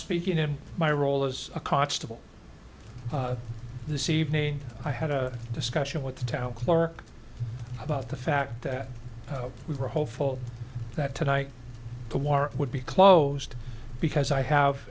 speaking in my role as a constable this evening i had a discussion with the town clerk about the fact that we were hopeful that tonight the war would be closed because i have